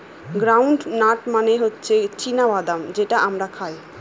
ground nut মানে হচ্ছে চীনা বাদাম যেটা আমরা খাই